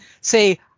Say